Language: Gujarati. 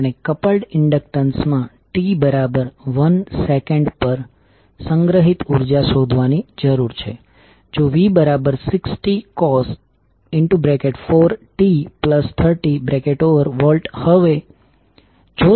આપણે કપલ્ડ ઇંડકટન્સમાં t1s પર સંગ્રહિત ઉર્જા શોધવાની જરૂર છે જો v60 cos 4t30 V